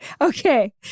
Okay